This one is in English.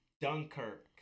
Dunkirk